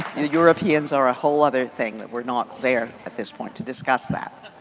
europeans are a whole other thing that we are not there at this point to discuss that.